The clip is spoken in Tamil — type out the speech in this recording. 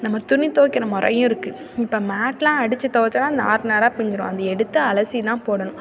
நம்ம துணி துவைக்கிற முறையும் இருக்குது இப்போ மேட்டெலாம் அடிச்சு தொவச்சால்தான் நார் நாராக பிஞ்சிடும் அதை எடுத்து அலசிதான் போடணும்